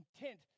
intent